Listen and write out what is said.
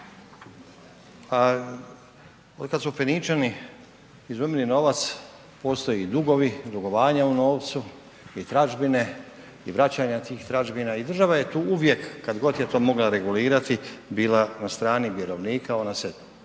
Od kad su Feničani izumili novac, postoje i dugovi, dugovanja u novcu i tražbine i vraćanje tih tražbina i država je tu uvijek kad god je to mogla regulirati bila na strani vjerovnika, ona se